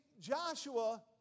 Joshua